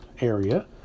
Area